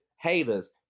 haters